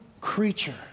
creature